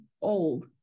old